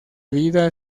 vida